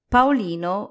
Paolino